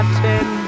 ten